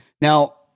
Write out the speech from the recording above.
Now